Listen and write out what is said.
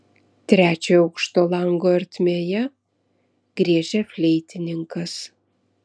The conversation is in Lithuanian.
trečiojo aukšto lango ertmėje griežia fleitininkas